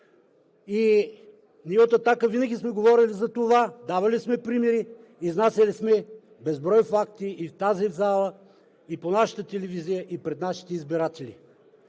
Ние от Атака винаги сме говорили за това, давали сме примери, изнасяли сме безброй факти и в тази зала, и по нашата телевизия, и пред нашите избиратели.